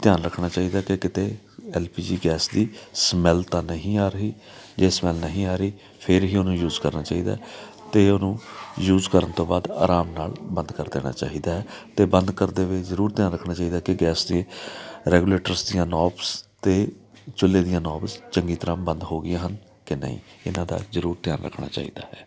ਧਿਆਨ ਰੱਖਣਾ ਚਾਹੀਦਾ ਕਿ ਕਿਤੇ ਐਲ ਪੀ ਜੀ ਗੈਸ ਦੀ ਸਮੈਲ ਤਾਂ ਨਹੀਂ ਆ ਰਹੀ ਜੇ ਸਮੈਲ ਨਹੀਂ ਆ ਰਹੀ ਫਿਰ ਹੀ ਉਹਨੂੰ ਯੂਜ ਕਰਨਾ ਚਾਹੀਦਾ ਅਤੇ ਉਹਨੂੰ ਯੂਜ ਕਰਨ ਤੋਂ ਬਾਅਦ ਆਰਾਮ ਨਾਲ ਬੰਦ ਕਰ ਦੇਣਾ ਚਾਹੀਦਾ ਅਤੇ ਬੰਦ ਕਰਦੇ ਹੋਏ ਜ਼ਰੂਰ ਧਿਆਨ ਰੱਖਣਾ ਚਾਹੀਦਾ ਕਿ ਗੈਸ ਦੇ ਰੈਗੂਲੇਟਰ ਜਾਂ ਨੌਬਸ ਅਤੇ ਚੁੱਲੇ ਦੀਆਂ ਨੌਬਸ ਚੰਗੀ ਤਰ੍ਹਾਂ ਬੰਦ ਹੋ ਗਈਆਂ ਹਨ ਕਿ ਨਹੀਂ ਇਹਨਾਂ ਦਾ ਜ਼ਰੂਰ ਧਿਆਨ ਰੱਖਣਾ ਚਾਹੀਦਾ ਹੈ